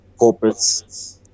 corporates